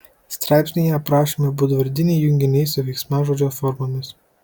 straipsnyje aprašomi būdvardiniai junginiai su veiksmažodžio formomis